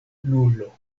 nulo